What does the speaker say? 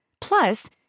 Plus